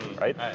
right